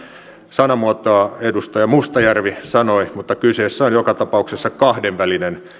sanamuotoa edustaja mustajärvi käytti mutta kyseessä on joka tapauksessa kahdenvälinen